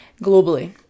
globally